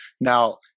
Now